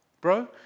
bro